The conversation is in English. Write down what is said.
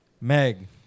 Meg